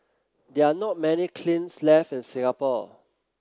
there are not many kilns left in Singapore